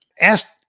ask